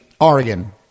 Oregon